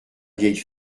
vieille